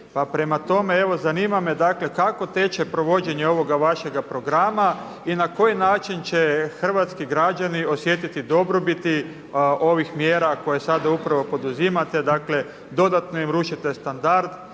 prema tome, evo zanima me dakle kako teče provođenje ovoga vašega programa i na koji način će hrvatski građani osjetiti dobrobiti ovih mjera koje sada upravo poduzimate, dakle dodatno im rušite standard